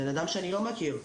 בנאדם שאני לא מכיר,